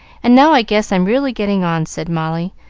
and now i guess i'm really getting on, said molly,